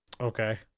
okay